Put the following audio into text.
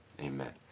amen